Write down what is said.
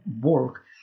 work